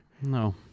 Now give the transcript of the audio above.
No